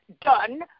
done